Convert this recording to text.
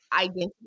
identity